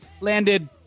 Landed